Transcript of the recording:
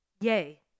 Yay